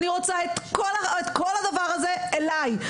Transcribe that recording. אני רוצה את כל הדבר הזה אליי,